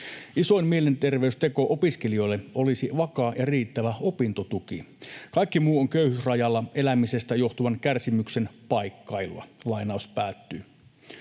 Isoin mielenterveysteko opiskelijoille olisi vakaa ja riittävä opintotuki. Kaikki muu on köyhyysrajalla elämisestä johtuvan kärsimyksen paikkailua.” Samaan aikaan